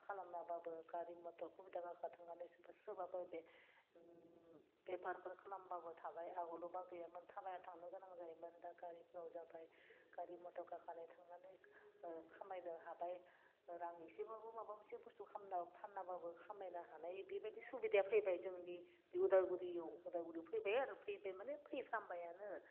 खालामनाबाबो गारि मटर सुबिदा गाखोना थांनानै सोरबाफोर बे बेफारफोर खालामबाबो थाबाय आवगोलावबा गैयामोन थाबायना थांनो गोनां जायोमोन दा गारिफ्राव जाबाय गारि मटर गाखोनाय थांनानै खामायनो हाबाय रां एसेबाबो माबा मोनसे बुस्थु फान्नाबाबो खामायनो हानाय बेबायदि सुबिदाया फैबाय जोंनि बे उदालगुरियाव उदालगुरियाव फैबाय आरो फैबाय माने फैफ्रामबायानो